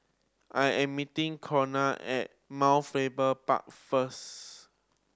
I am meeting Corina at Mount Faber Park first